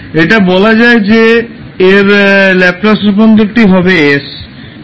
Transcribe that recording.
এটা বলা যায় যে এর ল্যাপলাস রূপান্তরটি হবে s